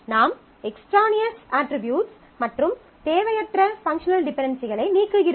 நாம் extraneous attributes மற்றும் தேவையற்ற FD களை நீக்குகிறோம்